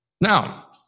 Now